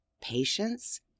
patience